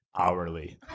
Hourly